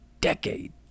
decade